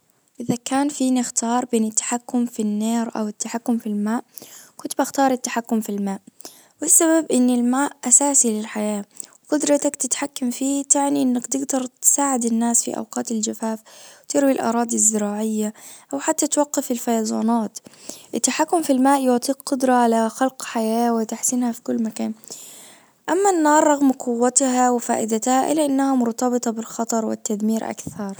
اذا كان فيني اختار بين التحكم في النار او التحكم في الماء كنت بختار التحكم في الماء والسبب ان الماء اساسي للحياة قدرتك تتحكم فيه تعني انك تجدر تساعد الناس في اوقات الجفاف تروي الاراضي الزراعية او حتى توقف الفيظانات التحكم في الماء قدرة على خلق حياة وتحسينها في كل مكان اما النار رغم قوتها وفائدتها الا انها مرتبطة بالخطر والتدمير اكثر.